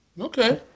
Okay